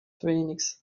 phoenix